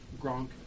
Gronk